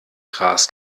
gras